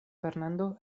fernando